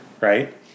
Right